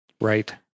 Right